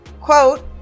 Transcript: quote